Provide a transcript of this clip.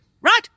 right